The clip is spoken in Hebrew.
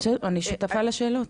אני שותפה לשאלות.